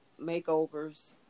makeovers